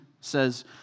says